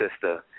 sister